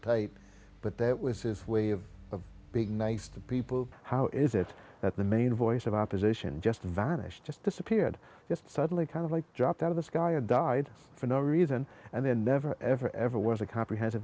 tape but that was his way of big nice to people how is it that the main voice of opposition just vanished just disappeared just suddenly kind of like dropped out of the sky and died for no reason and then never ever ever was a comprehensive